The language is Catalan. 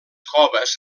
coves